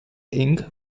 ink